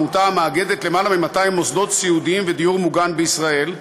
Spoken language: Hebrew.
עמותה המאגדת יותר מ-200 מוסדות סיעודיים ודיור מוגן בישראל.